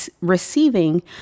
receiving